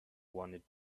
wanted